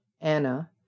Anna